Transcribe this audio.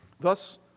Thus